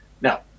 Now